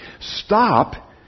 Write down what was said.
stop